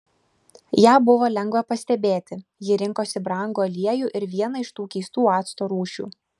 ją buvo lengva pastebėti ji rinkosi brangų aliejų ir vieną iš tų keistų acto rūšių